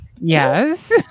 Yes